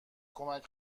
کمک